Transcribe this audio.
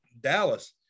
Dallas